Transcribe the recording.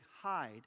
hide